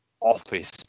office